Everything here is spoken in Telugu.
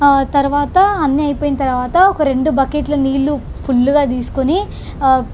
తర్వాత అన్నీ అయిపోయిన తర్వాత ఒక రెండు బకెట్ల నీళ్ళు ఫుల్లుగా తీసుకుని